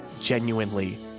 genuinely